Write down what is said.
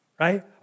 Right